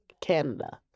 Canada